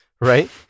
Right